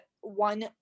one